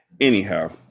anyhow